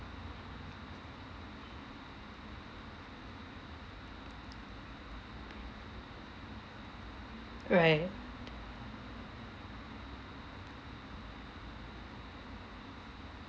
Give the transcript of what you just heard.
right